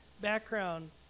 background